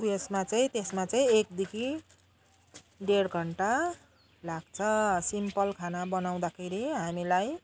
उयसमा चाहिँ त्यसमा चाहिँ एकदेखि डेढ घन्टा लाग्छ सिम्पल खाना बनाउँदाखेरि हामीलाई